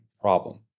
problem